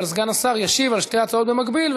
אבל סגן השר ישיב על שתי ההצעות במקביל,